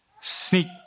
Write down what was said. sneak